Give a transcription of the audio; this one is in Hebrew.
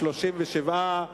37,